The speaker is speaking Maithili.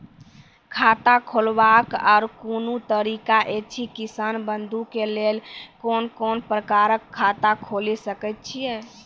खाता खोलवाक आर कूनू तरीका ऐछि, किसान बंधु के लेल कून कून प्रकारक खाता खूलि सकैत ऐछि?